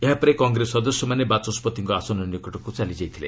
ଏହାପରେ କଂଗ୍ରେସ ସଦସ୍ୟମାନେ ବାଚସ୍କତିଙ୍କ ଆସନ ନିକଟକୁ ଚାଲିଯାଇଥିଲେ